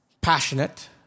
passionate